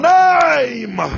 name